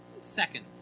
seconds